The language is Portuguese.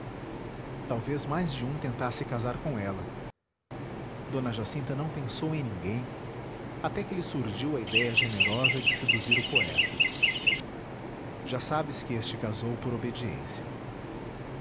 talvez mais de um tentasse casar com ela d jacinta não pensou em ninguém até que lhe surdiu a idéia generosa de seduzir o poeta já sabes que este casou por obediência